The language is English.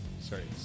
Sorry